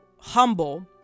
humble